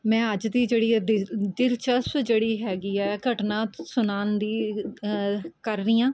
ਮੈਂ ਅੱਜ ਦੀ ਜਿਹੜੀ ਹੈ ਦਿਲ ਦਿਲਚਸਪ ਜਿਹੜੀ ਹੈਗੀ ਹੈ ਘਟਨਾ ਸੁਣਾਉਣ ਦੀ ਕਰ ਰਹੀ ਹਾਂ